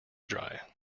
dry